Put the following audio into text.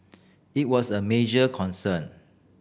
it was a major concern